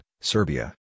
Serbia